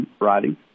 writing